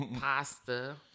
pasta